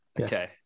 Okay